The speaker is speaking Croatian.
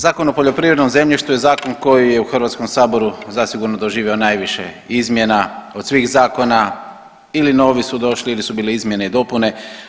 Zakon o poljoprivrednom zemljištu je zakon koji je u Hrvatskom saboru zasigurno doživio najviše izmjena od svih zakona ili novi su došli ili su bile izmjene i dopune.